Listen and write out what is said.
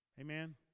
Amen